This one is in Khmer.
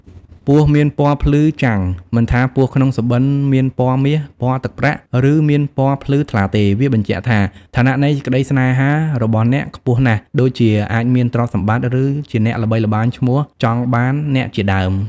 ពស់មានពណ៌ភ្លឺចាំង មិនថាពស់ក្នុងសុបិនមានពណ៌មាស ពណ៌ទឹកប្រាក់ ឬ មានពណ៌ភ្លឺថ្លាទេ វាបញ្ជាក់ថា ឋានៈនៃសេចក្តីសេ្នហារបស់អ្នកខ្ពស់ណាស់ ដូចជា អាចមាន ទ្រព្យសម្បត្តិ ឬ ជាអ្នកល្បីល្បាញឈ្មោះចង់បានអ្នកជាដើម។